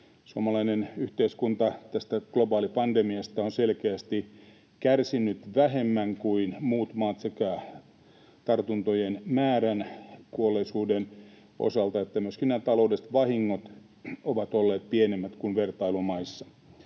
Suomalainen yhteiskunta on tästä globaalista pandemiasta kärsinyt selkeästi vähemmän kuin muut maat tartuntojen määrän sekä kuolleisuuden osalta, ja myöskin nämä taloudelliset vahingot ovat olleet pienemmät kuin vertailumaissa.